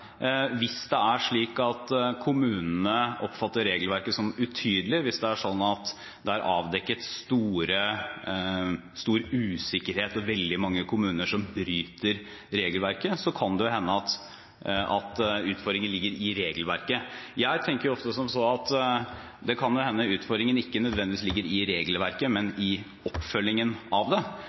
Hvis det er slik at kommunene oppfatter regelverket som utydelig, hvis det er sånn at det er avdekket stor usikkerhet og veldig mange kommuner som bryter regelverket, kan det hende at utfordringen ligger i regelverket. Jeg tenker ofte som så at det kan hende at utfordringen ikke nødvendigvis ligger i regelverket, men i oppfølgingen av det,